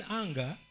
anger